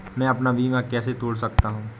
मैं अपना बीमा कैसे तोड़ सकता हूँ?